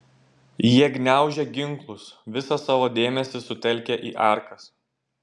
jie gniaužė ginklus visą savo dėmesį sutelkę į arkas